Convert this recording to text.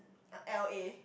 uh L_A